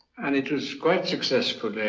and it was quite successful.